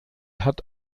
hat